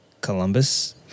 Columbus